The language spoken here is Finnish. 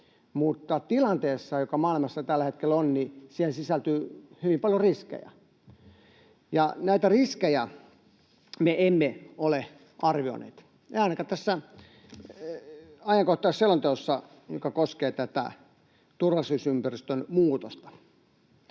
Mutta tilanteeseen, joka maailmassa tällä hetkellä on, sisältyy hyvin paljon riskejä. Ja näitä riskejä me emme ole arvioineet — ei arvioitu ainakaan tässä ajankohtaisselonteossa, joka koskee tätä turvallisuusympäristön muutosta.